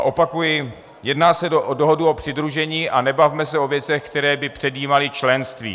Opakuji jedná se o dohodu o přidružení a nebavme se o věcech, které by předjímaly členství.